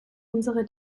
unsere